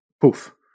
poof